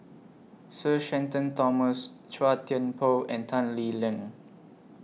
Sir Shenton Thomas Chua Thian Poh and Tan Lee Leng